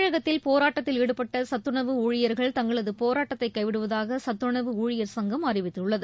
தமிழகத்தில் போராட்டத்தில் ஈடுபட்ட சத்துணவு ஊழியர்கள் தங்களது போராட்டத்தை கைவிடுவதாக சத்துணவு ஊழியர் சங்கம் அறிவித்துள்ளது